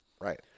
right